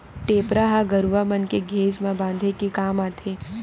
टेपरा ह गरुवा मन के घेंच म बांधे के काम आथे